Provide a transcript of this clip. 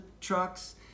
trucks